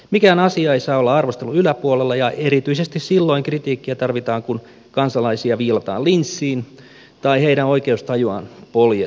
mikään asia ei saa olla arvostelun yläpuolella ja erityisesti silloin kritiikkiä tarvitaan kun kansalaisia viilataan linssiin tai heidän oikeustajuaan poljetaan